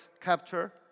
capture